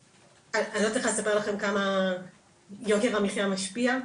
אני לא צריכה לספר לכם כמה יוקר המחייה משפיע,